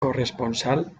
corresponsal